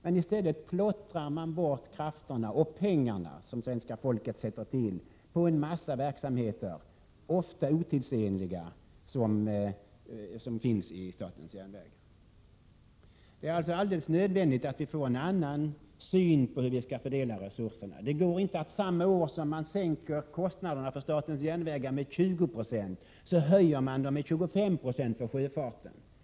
Men i stället plottrar man bort krafterna och de pengar som svenska folket sätter till på en massa verksamheter, ofta otidsenliga. Det är alltså alldeles nödvändigt att vi får en annan syn på hur vi skall fördela resurserna. Det går inte att samma år som man sänker kostnaderna för statens järnvägar med 20 96 höja kostnaderna med 25 96 för sjöfarten.